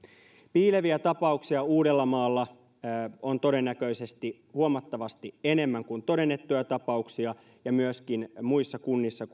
piileviä tapauksia uudellamaalla on todennäköisesti huomattavasti enemmän kuin todennettuja tapauksia ja myöskin muissa kunnissa